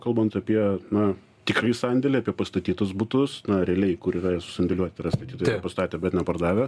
kalbant apie na tikrąjį sandėlį apie pastatytus butus na realiai kur yra ir susandėliuoti yra statytojai pastatę bet nepardavę